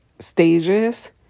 stages